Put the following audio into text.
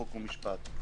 חוק ומשפט.